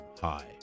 high